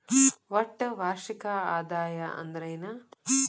ಒಟ್ಟ ವಾರ್ಷಿಕ ಆದಾಯ ಅಂದ್ರೆನ?